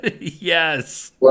Yes